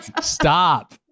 Stop